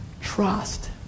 trust